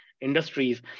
industries